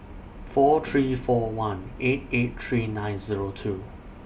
four three four one eight eight three nine Zero two